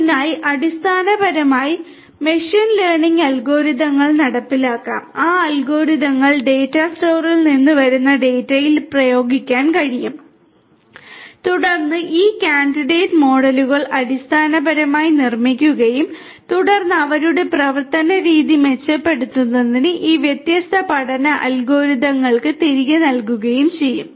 അതിനാൽ അടിസ്ഥാനപരമായി machine learning അൽഗോരിതങ്ങൾ നടപ്പിലാക്കാം ആ അൽഗോരിതങ്ങൾ ഡാറ്റാ സ്റ്റോറിൽ നിന്ന് വരുന്ന ഡാറ്റയിൽ പ്രയോഗിക്കാൻ കഴിയും തുടർന്ന് ഈ കാൻഡിഡേറ്റ് മോഡലുകൾ അടിസ്ഥാനപരമായി നിർമ്മിക്കുകയും തുടർന്ന് അവരുടെ പ്രവർത്തനരീതി മെച്ചപ്പെടുത്തുന്നതിന് ഈ വ്യത്യസ്ത പഠന അൽഗോരിതങ്ങൾക്ക് തിരികെ നൽകുകയും ചെയ്യും